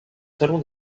salon